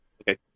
Okay